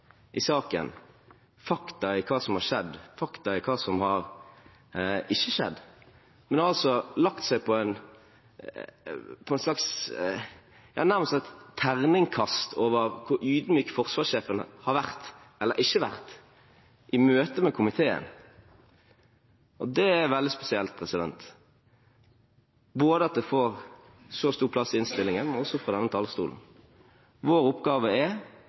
i saken, fakta i hva som har skjedd, fakta i hva som ikke har skjedd, men man har lagt seg på en slags – nærmest terningkast over hvor ydmyk forsvarssjefen har vært eller ikke vært i møte med komiteen. Det er veldig spesielt at det får så stor plass både i innstillingen og også fra denne talerstolen. Vår oppgave er